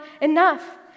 enough